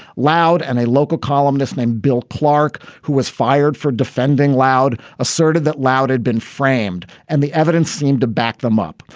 loud and a local columnist named bill clark, who was fired for defending loud, asserted that leod had been framed and the evidence seemed to back them up.